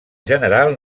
general